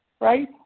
right